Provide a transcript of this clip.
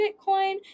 Bitcoin